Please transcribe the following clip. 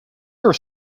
are